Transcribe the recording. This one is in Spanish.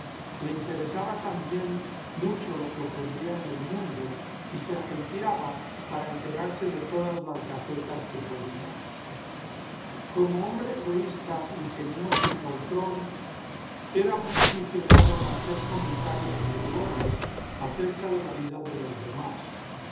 le interesaba también mucho lo que ocurría en el mundo y se agenciaba para enterarse todas las gacetas que podía como hombre egoísta ingenioso y poltrón era muy aficionado a hacer comentarios burlones acerca de la vida de los demás